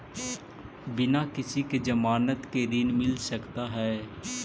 बिना किसी के ज़मानत के ऋण मिल सकता है?